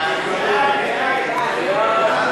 חוק-יסוד: תקציב המדינה לשנים 2009 עד